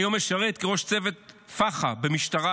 היום משרת כראש צוות פח"ע במשטרה,